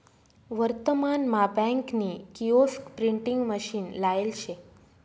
वर्तमान मा बँक नी किओस्क प्रिंटिंग मशीन लायेल शे